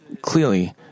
clearly